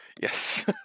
Yes